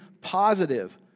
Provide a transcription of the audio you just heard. positive